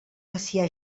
cassià